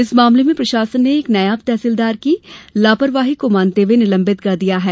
इस मामले में प्रशासन ने एक नायब तहसीलदार की लापरवाही को मानते हुए निलंबित कर दिया है